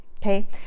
Okay